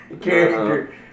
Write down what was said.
character